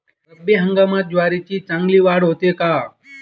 रब्बी हंगामात ज्वारीची चांगली वाढ होते का?